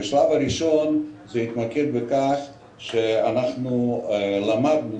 בשלב הראשון זה התמקד בכך שאנחנו למדנו,